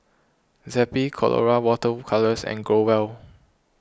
Zappy Colora Water Colours and Growell